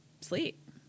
sleep